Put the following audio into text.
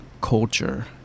culture